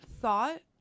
thought